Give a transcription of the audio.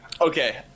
Okay